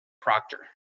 proctor